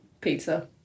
Pizza